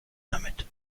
damit